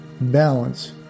balance